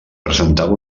presentava